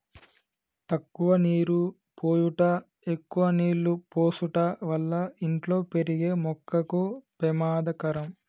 తక్కువ నీరు పోయుట ఎక్కువ నీళ్ళు పోసుట వల్ల ఇంట్లో పెరిగే మొక్కకు పెమాదకరం